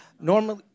normally